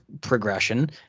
progression